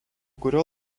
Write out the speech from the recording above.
kurio